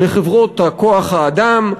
לחברות כוח-האדם.